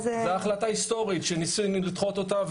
זה החלטה היסטורית שניסינו לדחות אותה.